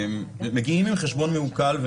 מגיעים עם חשבון מעוקל או